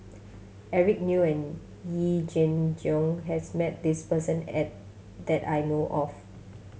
Eric Neo and Yee Jenn Jong has met this person at that I know of